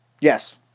Yes